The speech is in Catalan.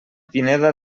pineda